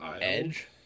Edge